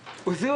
לגביה.